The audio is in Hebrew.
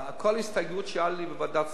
וכל הסתייגות שהיתה לי בוועדת הכספים,